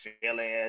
feeling